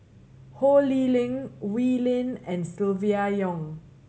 Ho Lee Ling Wee Lin and Silvia Yong